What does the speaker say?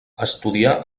estudià